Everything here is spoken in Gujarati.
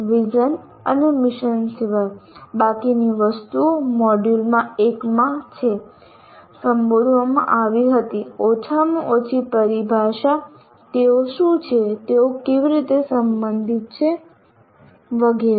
દ્રષ્ટિઅને મિશન સિવાય બાકીની વસ્તુઓ મોડ્યુલ1 માં સંબોધવામાં આવી હતી ઓછામાં ઓછી પરિભાષા તેઓ શું છે તેઓ કેવી રીતે સંબંધિત છે વગેરે